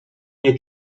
nie